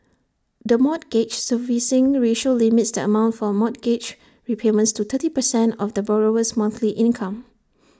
the mortgage servicing ratio limits the amount for mortgage repayments to thirty percent of the borrower's monthly income